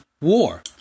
war